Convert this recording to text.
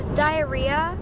diarrhea